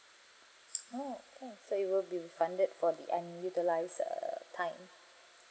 oh oh so it will be refunded for the unutilised err time